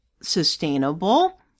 sustainable